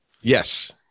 Yes